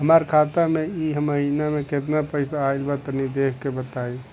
हमरा खाता मे इ महीना मे केतना पईसा आइल ब तनि देखऽ क बताईं?